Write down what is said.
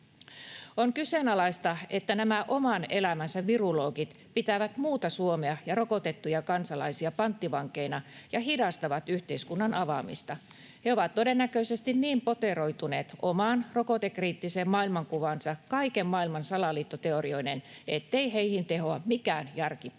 On kyseenalaista, että nämä oman elämänsä virologit pitävät muuta Suomea ja rokotettuja kansalaisia panttivankeina ja hidastavat yhteiskunnan avaamista. He ovat todennäköisesti niin poteroituneet omaan rokotekriittiseen maailmankuvaansa kaiken maailman salaliittoteorioineen, ettei heihin tehoa mikään järkipuhe.